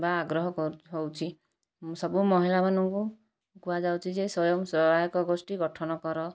ବା ଆଗ୍ରହ ହେଉଛି ସବୁ ମହିଳାମାନଙ୍କୁ କୁହାଯାଉଛି ଯେ ସ୍ଵୟଂସହାୟକ ଗୋଷ୍ଠୀ ଗଠନ କର